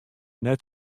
net